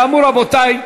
כאמור, רבותי,